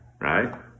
right